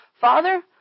Father